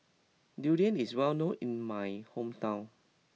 Durian is well known in my hometown